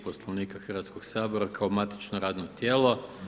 Poslovnika Hrvatskoga sabora kao matično radno tijelo.